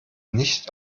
nicht